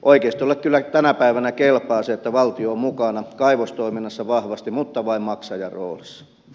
oikeistolle kyllä tänä päivänä kelpaa se että valtio on mukana kaivostoiminnassa vahvasti mutta vain maksajan roolissa